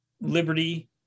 Liberty